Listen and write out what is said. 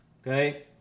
Okay